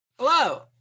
Hello